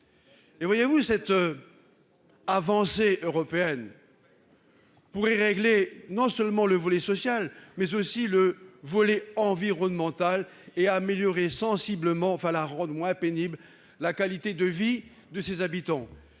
Et voyez-vous cette. Avancée européenne. Pour régler non seulement le volet social mais aussi le volet environnemental et à améliorer sensiblement enfin la moins pénible. La qualité de vie de ses habitants.